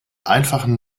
einfachen